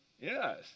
Yes